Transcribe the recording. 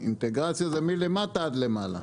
אינטגרציה זה מלמטה עד למעלה.